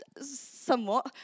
somewhat